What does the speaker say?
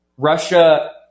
Russia